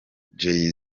jay